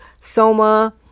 soma